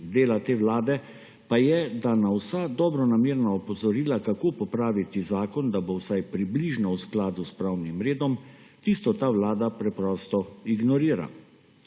dela te vlade, pa je, da vsa dobronamerna opozorila, kako popraviti zakon, da bo vsaj približno v skladu s pravnim redom, ta vlada preprosto ignorira.